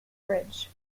bridge